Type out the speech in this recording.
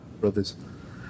Brothers